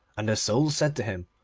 and the soul said to him,